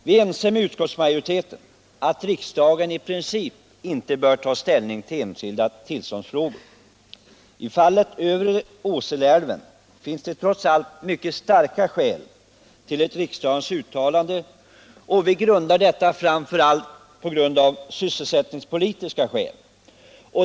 Vi är ense med utskottsmajoriteten om att riksdagen i princip inte bör ta ställning till enskilda tillståndsfrågor. I fallet övre Åseleälven finns det trots allt mycket starka skäl till ett riksdagens uttalande, och vi grundar denna uppfattning framför allt på sysselsättningspolitiska skäl.